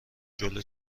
جلو